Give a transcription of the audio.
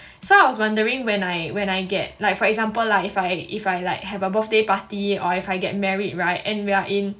so I was wondering when I when I get like for example like if I if I like have a birthday party or if I get married [right] and we are in